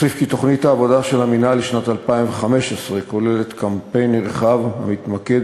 אוסיף כי בתוכנית העבודה של המינהל לשנת 2015 יש קמפיין נרחב המתמקד